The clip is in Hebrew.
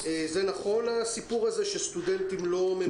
זה נכון הסיפור הזה שסטודנטים לא ממצים?